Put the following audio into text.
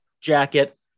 jacket